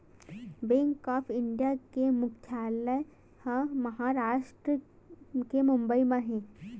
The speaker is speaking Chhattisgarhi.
बेंक ऑफ इंडिया के मुख्यालय ह महारास्ट के बंबई म हे